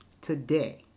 today